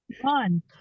one